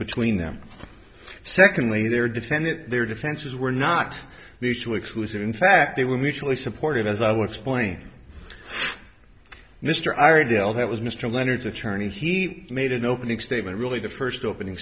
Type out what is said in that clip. between them secondly their defendant their defenses were not mutually exclusive in fact they were mutually supportive as i will explain mr r d l that was mr leonard's attorney he made an opening statement really the first opening